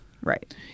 Right